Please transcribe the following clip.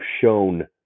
shown